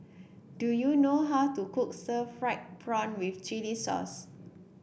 do you know how to cook Stir Fried Prawn with Chili Sauce